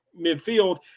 midfield